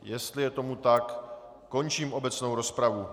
Jestli je tomu tak, končím obecnou rozpravu.